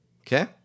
okay